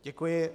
Děkuji.